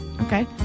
Okay